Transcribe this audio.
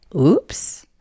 Oops